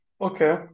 Okay